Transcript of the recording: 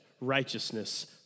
righteousness